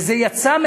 וזה יצא,